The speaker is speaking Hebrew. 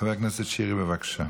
חבר הכנסת שירי, בבקשה.